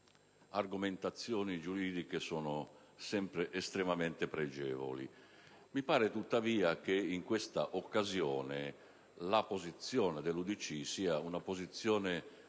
sue argomentazioni giuridiche sono sempre estremamente pregevoli. Mi pare tuttavia che in questa occasione la posizione del suo Gruppo sia